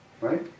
right